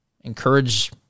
encourage